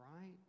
right